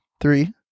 Three